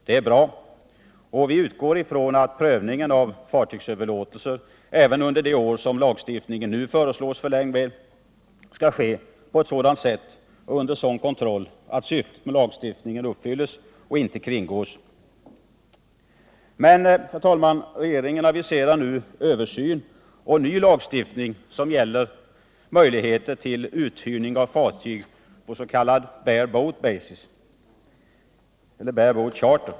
Det är bra, och vi utgår ifrån att prövningen av fartygsöverlåtelser även under det år som lagstiftningen nu föreslås förlängd med skall ske på ett sådant sätt och under sådan kontroll att syftet med lagstiftningen uppfylls och inte kringgås. Men, herr talman, regeringen aviserar nu översyn och ny lagstiftning som gäller möjligheten till uthyrning av fartyg, s.k. bare-boat charter.